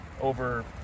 over